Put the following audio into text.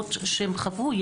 טראומות שהם חוו.